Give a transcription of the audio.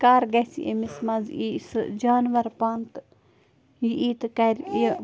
کَر گژھِ أمِس منٛز یی سُہ جانَوَر پان تہٕ یہِ یی تہِ کَرِ یہِ